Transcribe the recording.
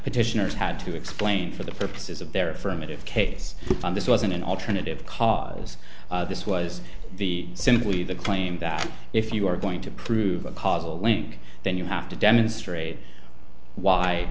petitioners had to explain for the purposes of their affirmative case this wasn't an alternative cause this was the simply the claim that if you are going to prove a causal link then you have to demonstrate why